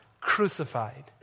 crucified